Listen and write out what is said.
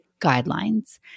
guidelines